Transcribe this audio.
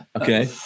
okay